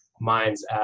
minds